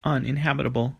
uninhabitable